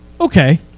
Okay